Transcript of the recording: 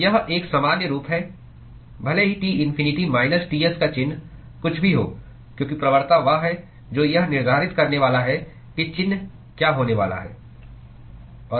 तो यह एक सामान्य रूप है भले ही T इन्फिनिटी माइनस Ts का चिन्ह कुछ भी हो क्योंकि प्रवणता वह है जो यह निर्धारित करने वाला है कि चिन्ह क्या होने वाला है